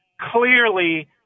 clearly